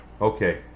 Okay